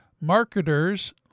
Marketers